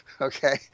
okay